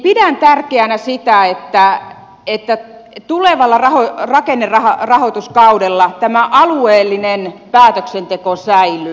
pidän tärkeänä sitä että tulevalla rakennerahoituskaudella tämä alueellinen päätöksenteko säilyy